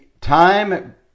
time